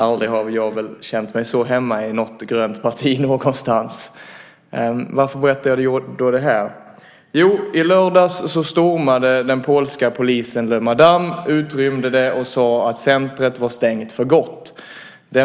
Aldrig har jag väl känt mig så hemma i något grönt parti någonstans! Varför berättar jag det här? Jo, i lördags stormade den polska polisen Le Madame, utrymde det och sade att centret var stängt för gott.